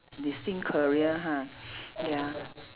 destined career ha ya